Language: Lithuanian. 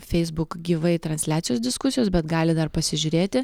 feisbuk gyvai transliacijos diskusijos bet gali dar pasižiūrėti